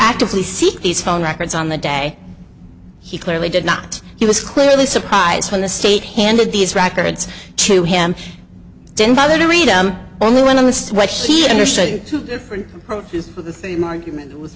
actively seek these phone records on the day he clearly did not he was clearly surprised when the state handed these records to him didn't bother to read only one of us what he understood two different approaches to the same argument was